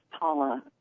Paula